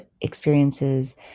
experiences